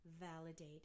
validate